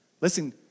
Listen